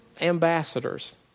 ambassadors